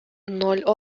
ноль